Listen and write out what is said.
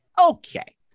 okay